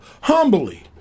humbly